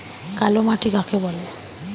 কালো মাটি কাকে বলে?